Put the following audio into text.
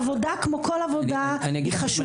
היא חשובה יותר מכל עבודה,